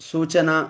सूचना